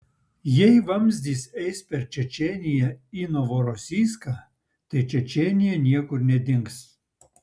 jei vamzdis eis per čečėniją į novorosijską tai čečėnija niekur nedings